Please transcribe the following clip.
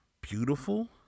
beautiful